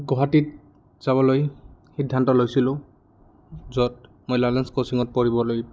গুৱাহাটীত যাবলৈ সিদ্ধান্ত লৈছিলোঁ য'ত মই লালেঞ্চ কোচিঙত পঢ়িবলৈ